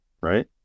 Right